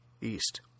east